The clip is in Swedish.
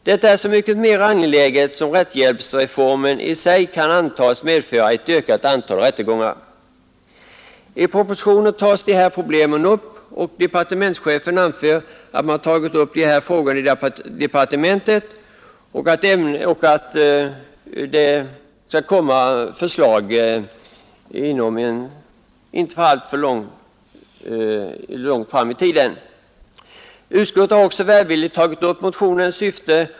Detta är så mycket mera angeläget som rättshjälpsreformen i sig kan antas medföra ett ökat antal rättegångar. I propositionen tas dessa problem upp, och departementschefen anför att man i departementet tagit upp dessa frågor och ämnar framlägga förslag inom en inte alltför avlägsen framtid. Utskottet har också gjort en välvillig skrivning om motionens syfte.